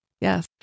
yes